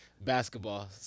basketball